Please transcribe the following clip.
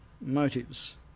motives